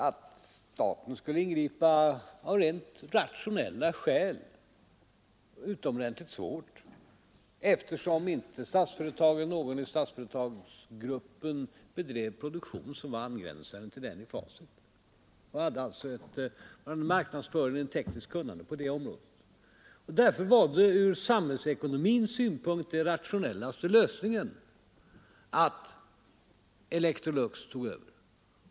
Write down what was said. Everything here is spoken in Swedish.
Att staten skulle ingripa nu av rent rationella skäl vore utomordentligt svårt, eftersom inte någon i Statsföretagsgruppen bedrev produktion som var angränsande till den i Facit och hade marknadsföring och tekniskt kunnande på det området. Därför var ur samhällsekonomins synpunkt den rationellaste lösningen att Electrolux tog över.